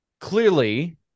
clearly